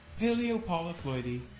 Paleopolyploidy